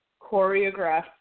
choreographed